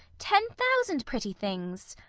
ten thousand pretty things!